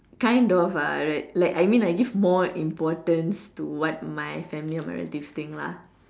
kind of ah like I mean I like give more importance to what my family or my relatives think lah